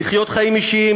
לחיות חיים אישיים,